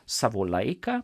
savo laiką